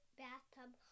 bathtub